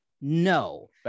no